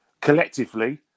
collectively